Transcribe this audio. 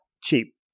cheap